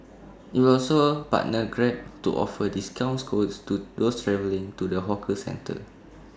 IT will also A partner grab to offer discounts codes to those travelling to the hawker centre